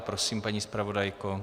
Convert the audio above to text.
Prosím, paní zpravodajko.